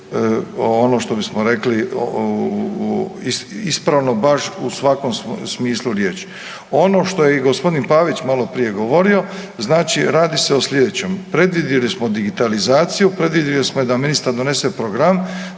ono što bismo rekli ispravno baš u svakom smislu riječi. Ono što je i gospodin Pavić maloprije govorio, znači radi se o slijedećem. Predvidjeli smo digitalizaciju, predvidjeli smo da ministar donese program